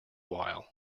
while